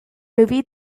movie